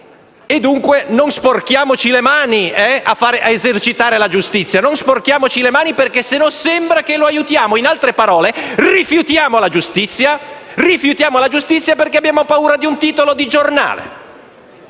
Dunque: non sporchiamoci le mani ad esercitare la giustizia, altrimenti sembra che lo aiutiamo! In altre parole, rifiutiamo la giustizia perché abbiamo paura di un titolo di giornale.